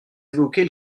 évoquez